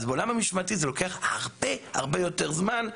אז בעולם המשמעתי זה לוקח הרבה הרבה יותר זמן,